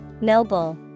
Noble